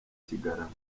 kigarama